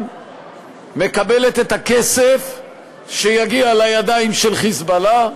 מקבלת את הכסף שיגיע לידיים של ה"חיזבאללה",